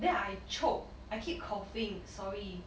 then I choke I keep coughing sorry